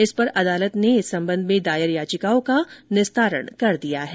इस पर अदालत ने इस संबंध में दायर याचिकाओं का निस्तारण कर दिया है